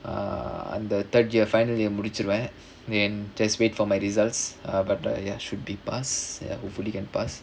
err on the third year finally முடிச்சுருவேன்:mudichuruvaen and just wait for my results err but ya should be pass hopefully can pass